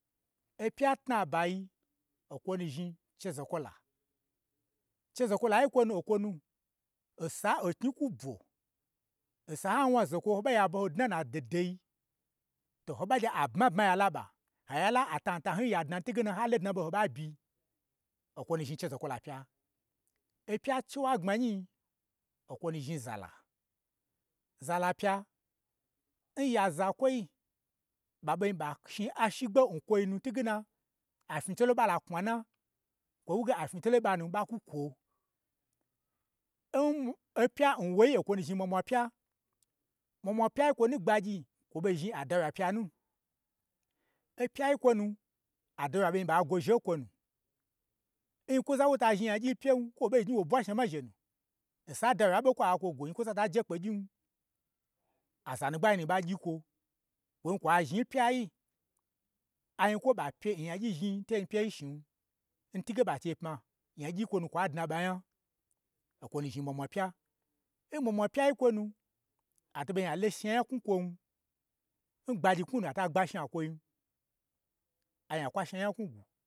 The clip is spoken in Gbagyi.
Opya tnabayi okwonu zhni chezokwo la, che zokwolaeo yi n kwo nu, okwonu osa n danyi kwu bwo osa n ha wna zokwo ho ɓa gye aba ho dna n na dodo yi, to ho ɓa gye abma bma ya la ɓa, ha gye ala a tantan yi ya dna n twu ge na, n ha lo dna ɓoho ɓa byi, o kwonu zhni chezokwola pya. Opya chiwagbmanyii, o kwo nu zhni zala, zala pya n ya zakwoi, ɓa ɓei ɓa shni ashigbe n kwoi nu n twu ge na a fnyi tolo ɓa la knwa na, kwo wu ge afnyitolo n ɓanu ɓa kwo kwo. N mwa n opya n woyi, okwo nu zthni mwamwa pya, mwamwa pyai kwonun gbagy kwo ɓo zhni a dawyiya pya nu, n pya kwo nu, adawoyi ya ɓe, ɓa gwo zhe n kwo nu, n nyi kwo za n wo ta zhni nya gyin pyen, kwo wo ɓognyi wo bwa shnama zhenu, nsa n dawyiya ɓe kwa kwo gwo, nyi kwo za ta je kpe gyin, aza nu gbai nu ɓa gyi kwo, kwo kwa zhni n pya yi anyi kwo ɓa pye n nyagyi zhni to nyipyei shnin, n twuge ɓa n chei pma nyagyii n kwonu kwa dnaɓa nya. Okwo nu zhni mwamwa pya, n mwamwa pya n kwonu, ato ɓei a loshna nya knwu n kwon, agbagyi knwu nu ata gba shna n kwoi, ai akwu ashna nya knwu gwu.